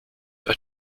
are